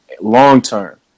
long-term